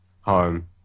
home